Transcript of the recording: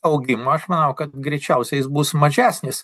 augimo aš manau kad greičiausiai jis bus mažesnis